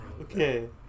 Okay